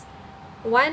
one